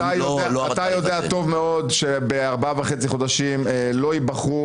--- אתה יודע טוב מאוד שבארבעה וחצי חודשים לא ייבחרו